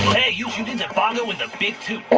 hey, you tuned into bongo and the big toot.